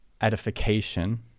edification